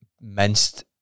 minced